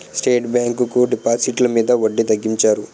state bank డిపాజిట్లు మీద వడ్డీ తగ్గించారు